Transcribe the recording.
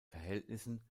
verhältnissen